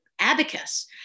abacus